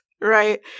right